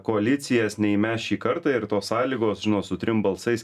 koalicijas nei mes šį kartą ir tos sąlygos žinot su trim balsais